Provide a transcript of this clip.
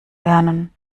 lernen